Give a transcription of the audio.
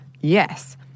Yes